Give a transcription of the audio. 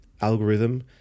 algorithm